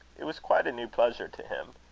it was quite a new pleasure to him.